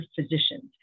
physicians